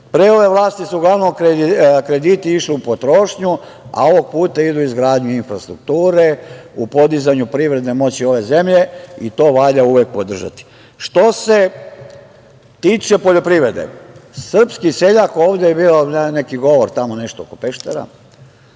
ove vlasti su uglavnom krediti išli u potrošnju, a ovog puta idu u izgradnju infrastrukture, u podizanju privredne moći ove zemlje i to valja uvek podržati. Što se tiče poljoprivrede, srpski seljak… ovde je bio neki govor tamo nešto oko Peštera,